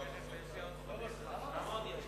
(ייעול הממשל התאגידי), התש"ע 2010, לוועדת